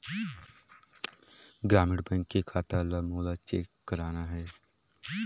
ग्रामीण बैंक के खाता ला मोला चेक करना हे?